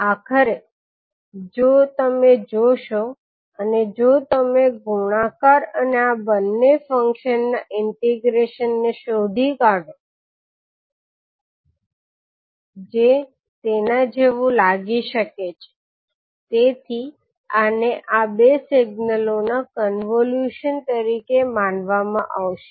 આખરે જો તમે જોશો અને જો તમે ગુણાકાર અને આ બંને ફંક્શનના ઈન્ટીગ્રૅશન ને શોધી કાઢો છો જે તેના જેવું લાગી શકે છે તેથી આને આ બે સિગ્નલોના કોન્વોલ્યુશન તરીકે માનવામાં આવશે